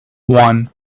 one